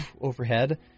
overhead